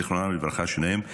זיכרונם לברכה שניהם,